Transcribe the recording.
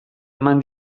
eman